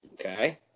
Okay